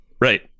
right